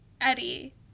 Eddie